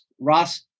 Ross